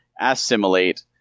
Assimilate